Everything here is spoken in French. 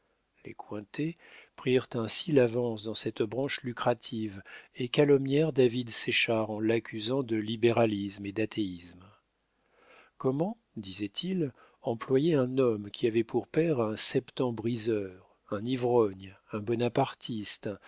les cointet prirent ainsi l'avance dans cette branche lucrative et calomnièrent david séchard en l'accusant de libéralisme et d'athéisme comment disaient-ils employer un homme qui avait pour père un septembriseur un ivrogne un bonapartiste